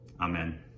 Amen